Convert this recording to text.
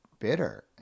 bitter